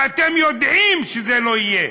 ואתם יודעים שזה לא יהיה.